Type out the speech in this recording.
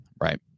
Right